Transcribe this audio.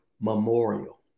memorial